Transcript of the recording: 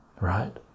right